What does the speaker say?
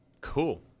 Cool